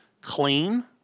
clean